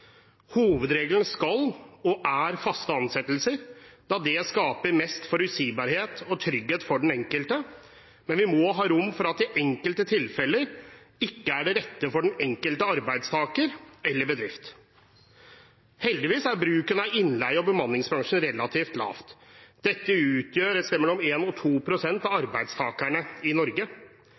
Hovedregelen skal være, og er, faste ansettelser, da det skaper mest forutsigbarhet og trygghet for den enkelte, men vi må ha rom for at det i enkelte tilfeller ikke er det rette for den enkelte arbeidstaker eller bedrift. Heldigvis er bruken av innleie og bemanningsbransjen relativt lav. Det utgjør et sted mellom 1 og 2 pst. av arbeidstakerne i Norge.